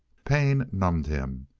pain numbed him,